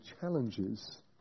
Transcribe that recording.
challenges